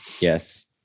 Yes